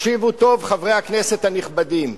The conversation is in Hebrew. תקשיבו טוב, חברי הכנסת הנכבדים: